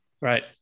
right